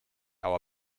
our